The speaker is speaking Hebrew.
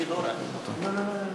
ובכל זאת,